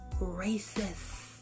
Racist